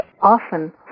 often